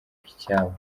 icyabo